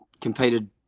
competed